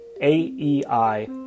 AEI